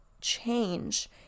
change